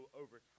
over